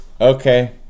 okay